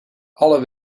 alle